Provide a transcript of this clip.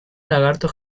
lagarto